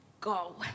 go